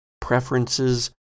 preferences